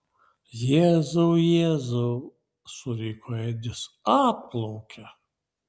jėzau jėzau suriko edis atplaukia